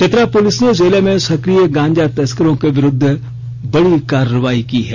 Chatra police ने जिले में सक्रिय गांजा तस्करों के विरूद्व बड़ी कार्रवाई की है